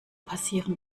passieren